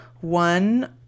one